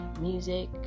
music